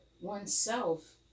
oneself